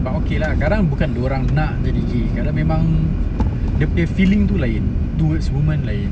but okay lah sekarang bukan dia orang nak jadi gi~ kalau memang dia punya feeling tu lain towards women lain